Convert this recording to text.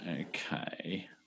okay